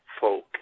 folk